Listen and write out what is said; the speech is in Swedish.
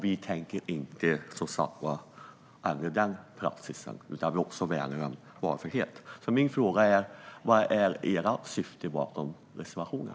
Vi tänker inte ändra den praxisen, utan vi värnar också om valfrihet. Min fråga är: Vilket är ert syfte bakom reservationen?